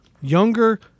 Younger